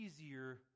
easier